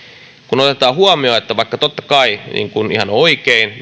kun otetaan huomioon että vaikka totta kai niin kuin ihan oikein